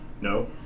No